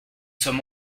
sommes